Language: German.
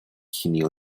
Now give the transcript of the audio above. chemie